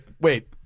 wait